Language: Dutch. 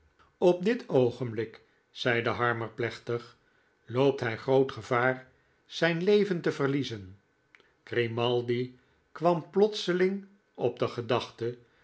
op dit oogenblik zeide harmer pleehtig loopt hij groot gevaar zijn leven te verliezen grimaldi kwam plotseling op de gedachte